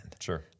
Sure